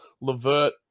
Levert